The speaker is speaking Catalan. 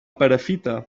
perafita